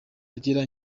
agera